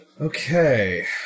Okay